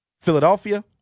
Philadelphia